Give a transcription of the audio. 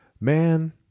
man